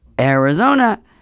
arizona